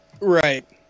Right